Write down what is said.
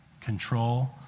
control